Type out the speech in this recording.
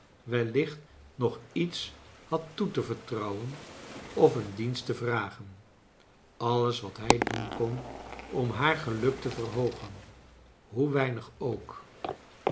wellicht nog iets had toe te vertrouwen of een dienst te vragen alles wat hij doen kon om haar geluk te verhoogen hoe weinig ook